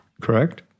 correct